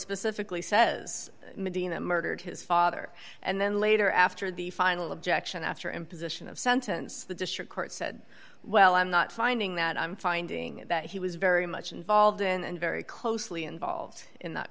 specifically says medina murdered his father and then later after the final objection after imposition of sentence the district court said well i'm not finding that i'm finding that he was very much involved and very closely involved in that